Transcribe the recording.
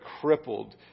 crippled